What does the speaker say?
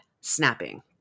snapping